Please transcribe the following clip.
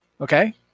Okay